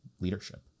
leadership